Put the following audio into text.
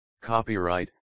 copyright